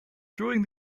during